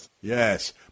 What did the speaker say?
Yes